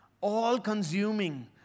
all-consuming